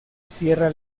sierra